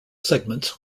segments